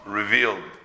revealed